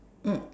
mm